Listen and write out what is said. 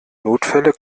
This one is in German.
notfälle